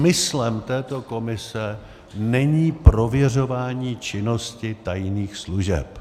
Smyslem této komise není prověřování činnosti tajných služeb.